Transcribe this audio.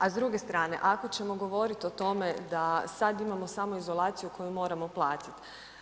A s druge strane, ako ćemo govoriti o tome da sad imamo samoizolaciju koju moramo platiti.